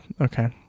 Okay